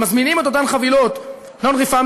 מזמינים את אותן חבילות non-refundable,